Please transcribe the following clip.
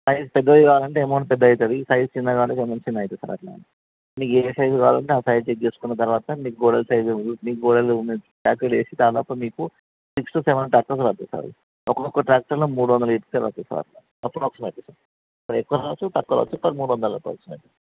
అవే పెద్దవి కావాలంటే అమౌంట్ పెద్దగా అవుతుంది అవే చిన్నివి కావాలి అంటే చిన్న అమౌంట్ అవుతుంది సార్ అట్లా మీకు ఏ సైజ్ కావాలంటే ఆ సైజ్ చెక్ చేసుకున్న తర్వాత తరువాత మీ గోడలు సైజు మీ గోడలు ఐమీన్ ప్లాస్టర్ చేసి దాదాపు మీకు start six to seven tractors పడతాయి ఒక్కొక్క ట్రాక్టర్లో మూడు వందలు ఇటుకలు వస్తాయి సార్ అప్రాక్సిమేట్లీ సార్ ఎక్కువ రావచ్చు తక్కువ రావచ్చు మూడు వందలు అప్రాక్సిమేట్లీ